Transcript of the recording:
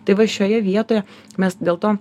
tai va šioje vietoje mes dėl to